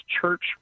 church